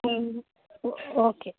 okay